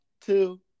Two